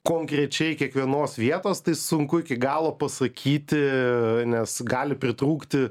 konkrečiai kiekvienos vietos tai sunku iki galo pasakyti nes gali pritrūkti